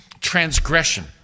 Transgression